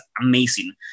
amazing